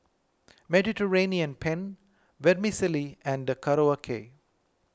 Mediterranean Penne Vermicelli and Korokke